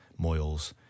Moyles